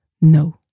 No